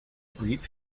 brief